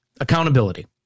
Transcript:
accountability